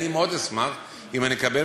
אני מאוד אשמח אם אני אקבל,